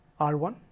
R1